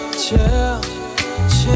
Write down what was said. chill